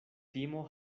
timo